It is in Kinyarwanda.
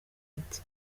ati